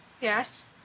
Yes